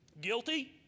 Guilty